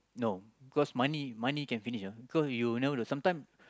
no because money money can finish ah because you know the sometime